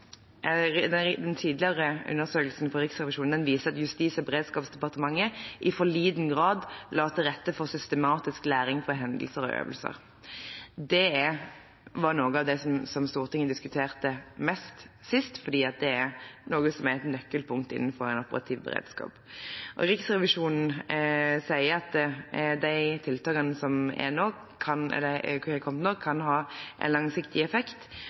den interne samhandlingen spesielt. Den tidligere undersøkelsen fra Riksrevisjonen viser at Justis- og beredskapsdepartementet i for liten grad la til rette for systematisk læring fra hendelser og øvelser. Det var noe av det som Stortinget diskuterte mest sist, for dette er et nøkkelpunkt innenfor den operative beredskapen. Riksrevisjonen sier at de tiltakene som har kommet nå, kan ha langsiktig effekt,